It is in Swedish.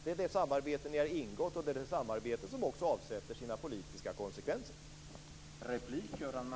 Det är det samarbete som ni har ingått och det samarbete som också avsätter sina politiska konsekvenser.